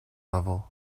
level